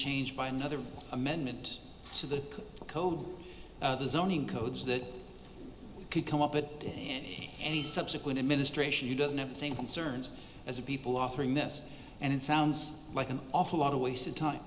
changed by another amendment so the code is only codes that could come up with any any subsequent administration who doesn't have the same concerns as a people offering this and it sounds like an awful lot of wasted time